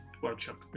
workshop